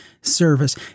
service